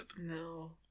No